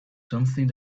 something